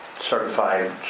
certified